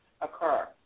occur